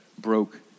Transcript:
broke